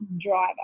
driver